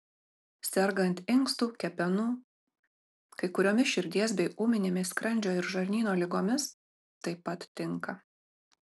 sergant inkstų kepenų kai kuriomis širdies bei ūminėmis skrandžio ir žarnyno ligomis taip pat tinka